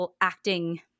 acting